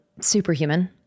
Superhuman